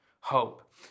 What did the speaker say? hope